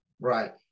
Right